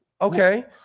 okay